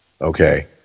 okay